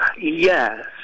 Yes